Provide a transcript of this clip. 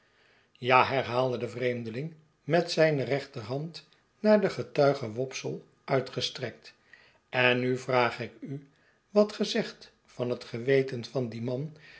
ja herhaaide de vreemdeling met zijne rechterhand naar den getuige wopsle uitgestrekt en nu vraag ik u wat ge zegt van het geweten van dien man